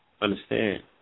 understand